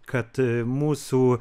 kad mūsų